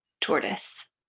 tortoise